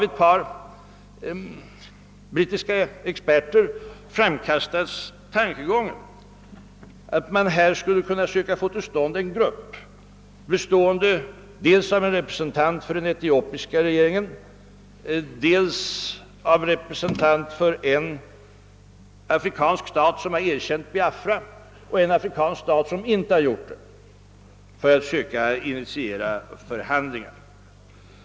Ett par brittiska experter har framfört tankegången att man skulle försöka få till stånd en grupp, bestående dels av en representant för den etiopiska regeringen, dels av en representant för en afrikansk stat som har erkänt Biafra och en representant för en afrikansk stat som inte gjort det, för att söka initiera förhandlingar.